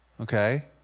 okay